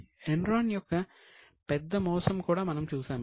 Enron యొక్క పెద్ద మోసం కూడా మనము చూశాము